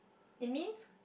it means